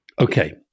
Okay